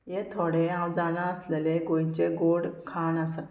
हे थोडे हांव जाणा आसलेले गोंयचे गोड खाण आसा